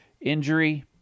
injury